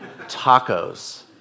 tacos